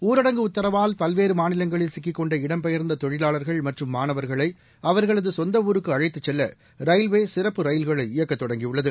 ஊரடங்கு உத்தரவால் பல்வேறு மாநிலங்களில் சிக்கிக்கொண்ட இடம்பெயர்ந்த தொழிலாளர்கள் மற்றும் மாணவர்களை அவர்களது சொந்த ஊருக்கு அழைத்து செல்ல ரயில்வே சிறப்பு ரயில்களை இயக்க தொடங்கி உள்ளது